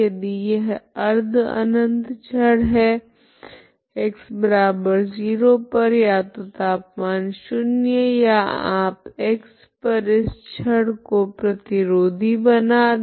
यदि यह अर्ध अनंत छड़ है x0 पर या तो तापमान शून्य या आप x पर इस छड़ को प्रतिरोधी बना दे